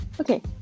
okay